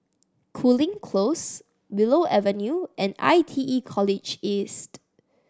Cooling Close Willow Avenue and I T E College East